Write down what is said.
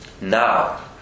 now